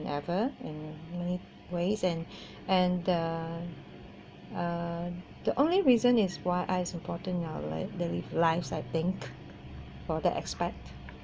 never in many ways and and the(uh) the only reason is why eyes is important in our life daily life I think for the expect